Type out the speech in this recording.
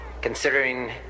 considering